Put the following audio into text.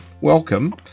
welcome